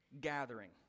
gathering